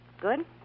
Good